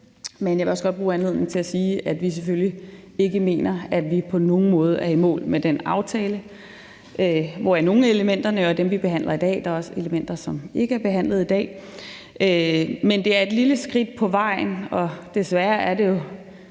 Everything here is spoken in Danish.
Men jeg vil også godt bruge anledningen til at sige, at vi selvfølgelig ikke mener, at vi på nogen måde er i mål med den aftale, hvoraf nogle af elementerne er dem, vi behandler i dag – der også elementer, som ikke bliver behandlet i dag. Men det er et lille skridt på vejen, og desværre er det jo